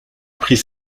pris